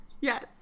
Yes